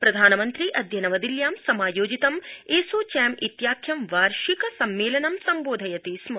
प्रधानमन्त्री अद्य नवदिल्यां समायोजितं एसोचैम इत्याख्यं वार्षिक सम्मेलनं सम्बोधयति स्म